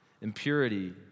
impurity